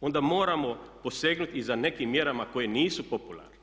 onda moramo posegnuti i za nekim mjerama koje nisu popularne.